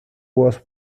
was